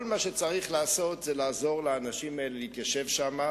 כל מה שצריך לעשות זה לעזור לאנשים האלה להתיישב שם.